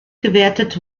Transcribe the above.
gewertet